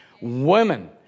Women